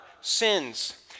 sins